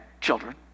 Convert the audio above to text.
children